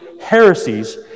heresies